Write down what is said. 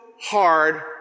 hard